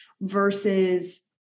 versus